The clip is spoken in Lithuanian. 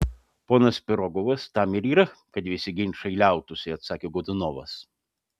ponas pirogovas tam ir yra kad visi ginčai liautųsi atsakė godunovas